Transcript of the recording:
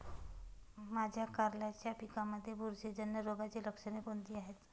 माझ्या कारल्याच्या पिकामध्ये बुरशीजन्य रोगाची लक्षणे कोणती आहेत?